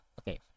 okay